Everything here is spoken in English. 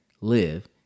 live